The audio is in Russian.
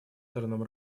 сторонам